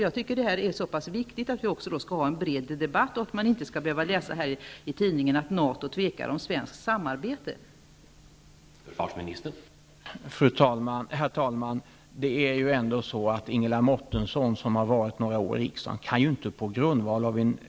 Jag tycker att detta är så viktigt att man skall ha en bred debatt om det och inte i tidningen skall behöva läsa att NATO tvekar inför samarbete med Sverige.